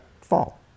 fall